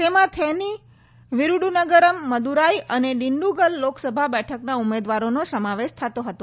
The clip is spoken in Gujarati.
તેમાં થેની થિરૂડુનગરમ મદ્દરાઈ અને ડિન્ડુગલ લોકસભા બેઠકના ઉમેદવારોનો સમાવેશ થતો હતો